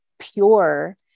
pure